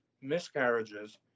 miscarriages